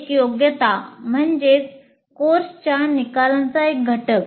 एक योग्यता म्हणजे कोर्सच्या निकालाचा एक घटक